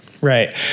right